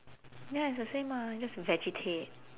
ya it's the same ah just vegetate